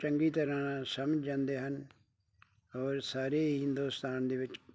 ਚੰਗੀ ਤਰ੍ਹਾਂ ਸਮਝ ਜਾਂਦੇ ਹਨ ਔਰ ਸਾਰੇ ਹਿੰਦੁਸਤਾਨ ਦੇ ਵਿੱਚ